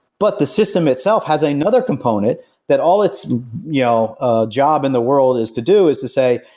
but the system itself has another component that all its you know ah job in the world is to do is to say,